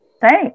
Thanks